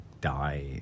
die